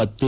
ಪತ್ತೆ